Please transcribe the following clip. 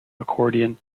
accordion